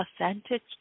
authentic